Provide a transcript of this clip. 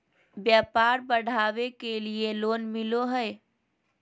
व्यापार बढ़ावे के लिए लोन मिलो है?